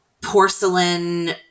porcelain